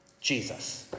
Jesus